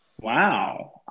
Wow